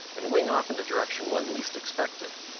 and wing off in the direction one least expected.